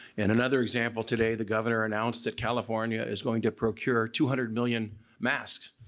and another example today, the governor announced that california is going to procure two hundred million masks.